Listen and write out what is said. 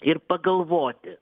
ir pagalvoti